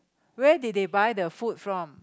where did they buy the food from